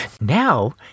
now